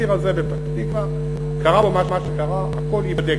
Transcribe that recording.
הציר הזה בפתח-תקווה, קרה בו מה שקרה, הכול ייבדק.